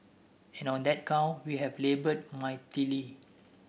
and on that count we have laboured mightily